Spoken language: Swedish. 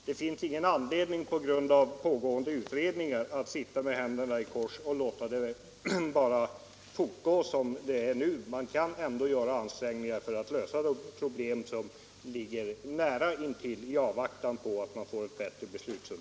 Det finns ingen anledning att på grund av pågående utredningar sitta med händerna i kors — i avvaktan på ett bättre beslutsunderlag kan man göra ansträngningar för att lösa de näraliggande problemen.